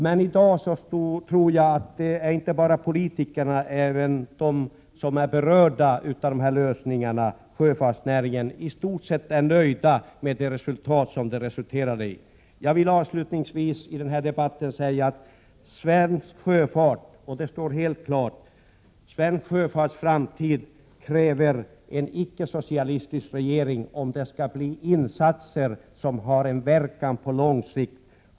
Men i dag tror jag att inte bara politikerna utan även de som berörs av detta, främst sjöfartsnäringen, är i stort sett nöjda med det resultat som uppnåddes. Jag vill i denna debatt avslutningsvis säga att svensk sjöfarts framtid kräver en icke-socialistisk regering, om det skall ske några insatser som får verkan på lång sikt. Detta står helt klart.